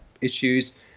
issues